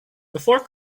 before